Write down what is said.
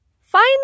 find